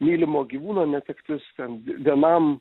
mylimo gyvūno netektis ten vienam